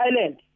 Island